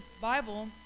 Bible